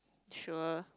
sure